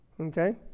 okay